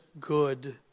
good